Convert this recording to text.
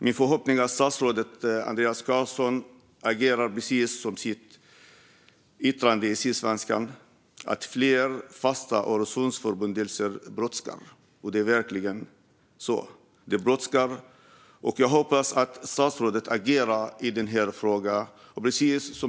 Min förhoppning är att statsrådet Andreas Carlson agerar enligt sitt yttrande i Sydsvenskan om att fler fasta Öresundsförbindelser brådskar. Det är verkligen så. Det brådskar, och jag hoppas att statsrådet agerar i den här frågan.